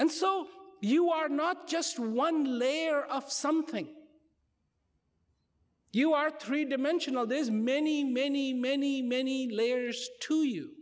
and so you are not just one layer of something you are three dimensional there's many many many many layers to you